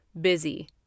busy